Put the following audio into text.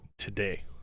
today